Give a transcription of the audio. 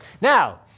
Now